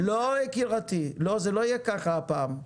לא יקירתי, לא זה לא יהיה ככה הפעם,